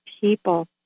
people